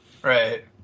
right